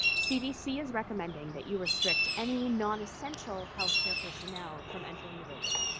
cdc is recommending that you restrict any non-essential healthcare personnel from entering the building.